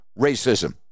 racism